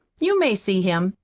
you may see him,